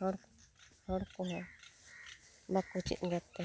ᱦᱚᱲ ᱦᱚᱲ ᱠᱚᱦᱚᱸ ᱵᱟᱠᱚ ᱪᱮᱫᱜᱚᱫ ᱛᱮ